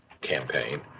campaign